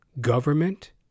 government